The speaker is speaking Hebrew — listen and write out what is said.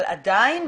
עדיין,